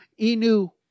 Inu